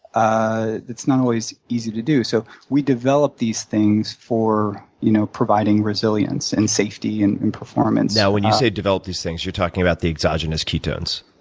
ah it's not always easy to do. so we developed these things for you know providing resilience and safety and performance. now, when you say developed these things, you're talking about the exogenous ketones?